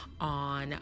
on